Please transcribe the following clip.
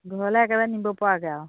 ঘৰলে একেবাৰে নিব পৰাকৈ আৰু